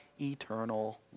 eternal